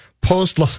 post